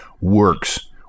works